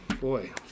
boy